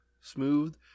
Smooth